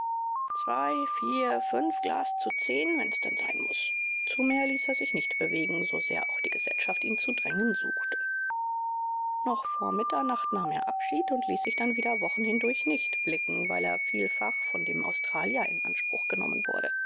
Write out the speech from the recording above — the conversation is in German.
zwei vier fünf glas zu zehn wenn's denn sein muß zu mehr ließ er sich nicht bewegen sosehr auch die gesellschaft ihn zu drängen suchte noch vor mitternacht nahm er abschied und ließ sich dann wieder wochen hindurch nicht blicken weil er vielfach von dem australier in anspruch genommen wurde